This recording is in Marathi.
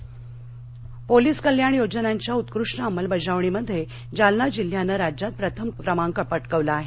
पोलीस जालना पोलीस कल्याण योजनांच्या उत्कृष्ट अंमलबजावणीमध्ये जालना जिल्ह्यानं राज्यात प्रथम क्रमांक पटकावला आहे